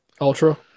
Ultra